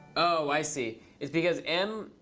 oh, i see. it's because m,